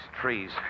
trees